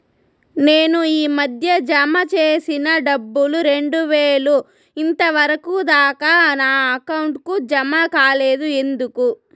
నేను ఈ మధ్య జామ సేసిన డబ్బులు రెండు వేలు ఇంతవరకు దాకా నా అకౌంట్ కు జామ కాలేదు ఎందుకు?